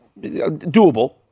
Doable